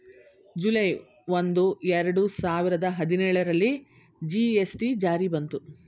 July ಒಂದು, ಎರಡು ಸಾವಿರದ ಹದಿನೇಳರಲ್ಲಿ ಜಿ.ಎಸ್.ಟಿ ಜಾರಿ ಬಂತು